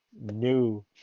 new